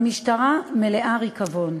"המשטרה מלאה ריקבון".